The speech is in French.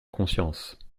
conscience